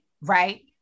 Right